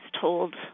told